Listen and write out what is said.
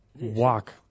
walk